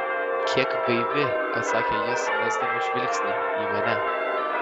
kiek gaivi atsakė jis mesdamas žvilgsnį į mane